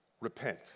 Repent